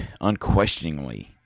unquestioningly